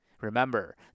Remember